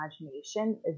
imagination